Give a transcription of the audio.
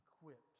equipped